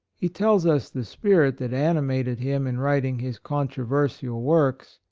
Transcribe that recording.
he tells us the spirit that animated him in writing his controversial works,